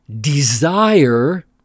desire